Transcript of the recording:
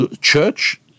church